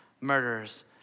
murderers